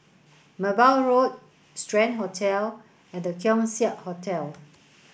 Merbau Road Strand Hotel and The Keong Saik Hotel